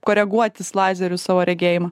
koreguotis lazeriu savo regėjimą